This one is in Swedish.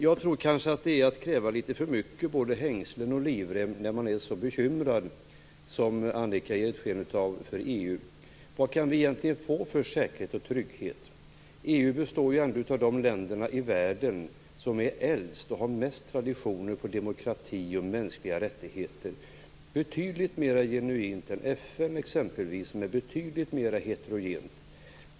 Jag tror att det är att kräva litet för mycket, både hängslen och livrem, när man är så bekymrad för EU som Annika Nordgren gett sken av att vara. Vad kan vi egentligen få för säkerhet och trygghet? EU består ändå av de länder i världen som är äldst och som har mest traditioner av demokrati och mänskliga rättigheter. Det är betydligt mer genuint än FN exempelvis, som är betydligt mer heterogent.